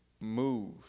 move